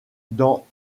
dans